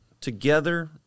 together